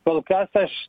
kol kas aš